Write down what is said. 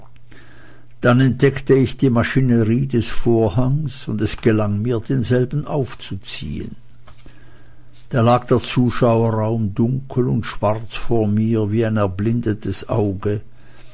dann entdeckte ich die maschinerie des vorhanges und es gelang mir denselben aufzuziehen da lag der zuschauerraum dunkel und schwarz vor mir wie ein erblindetes auge